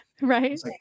right